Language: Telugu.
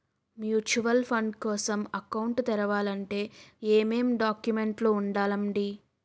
మ్యూచువల్ ఫండ్ కోసం అకౌంట్ తెరవాలంటే ఏమేం డాక్యుమెంట్లు ఉండాలండీ?